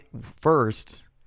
First